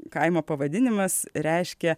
kaimo pavadinimas reiškia